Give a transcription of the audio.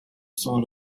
sort